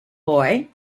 boy